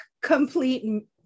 complete